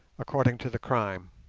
according to the crime.